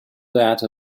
that